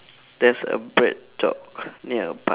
there's a BreadTalk nearby